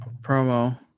promo